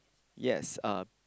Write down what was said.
yes uh